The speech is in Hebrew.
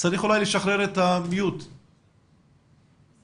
תנסה להתחבר ממחשב אחר, בינתיים